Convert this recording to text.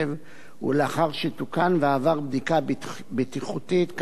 ולאחר שתוקן ועבר בדיקה בטיחותית כנדרש,